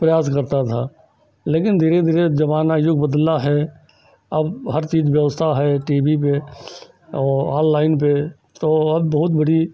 प्रयास करता था लेकिन धीरे धीरे अब ज़माना युग बदला है अब हर चीज़ व्यवस्था है टी वी पर और ऑनलाइन पर तो अब बहुत बड़ी